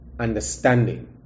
understanding